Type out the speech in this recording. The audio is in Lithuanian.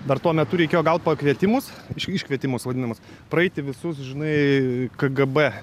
dar tuo metu reikėjo gaut pakvietimus iškvietimus vadinamus praeiti visus žinai kgb